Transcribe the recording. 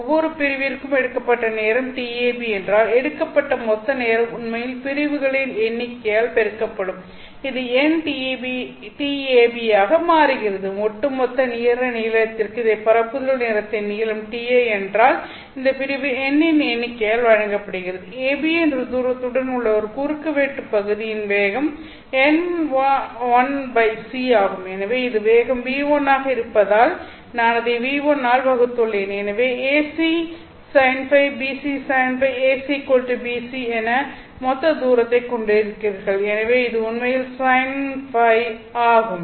ஒவ்வொரு பிரிவிற்கும் எடுக்கப்பட்ட நேரம் tAB என்றால் எடுக்கப்பட்ட மொத்த நேரம் உண்மையில் பிரிவுகளின் எண்ணிக்கையால் பெருக்கப்படும் இது NtAB ஆக மாறுகிறது ஒட்டுமொத்த நேர நீளத்திற்கு இதை பரப்புதல் நேரத்தின் நீளம் tl என்றால் இது பிரிவு N இன் எண்ணிக்கையால் வழங்கப்படுகிறது AB என்று தூரத்துடன் உள்ள ஒரு குறுக்கு வெட்டுப் பகுதியின் வேகம் n1 c ஆகும் எனவே இது வேகம் v1 ஆக இருப்பதால் நான் அதை v1 ஆல் வகுத்துள்ளேன் எனவே AC sin φ BC sin φ ACBC என மொத்த தூரத்தைக் கொண்டிருக்கிறீர்கள் எனவே இது உண்மையில் sin φ ஆகும்